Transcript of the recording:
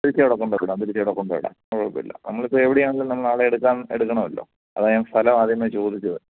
തിരിച്ച് അവിടെ കൊണ്ടുപോയി വിടാം തിരിച്ചവിടെ കൊണ്ടുപോയി വിടാം അത് കുഴപ്പമില്ല നമ്മളിപ്പോൾ എവിടെയാണെങ്കിലും നമ്മൾ ആളെ എടുക്കാൻ എടുക്കണമല്ലോ അതാണ് ഞാൻ സ്ഥലം ആദ്യമേ ചോദിച്ചത്